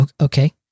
okay